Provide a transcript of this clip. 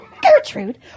gertrude